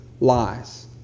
lies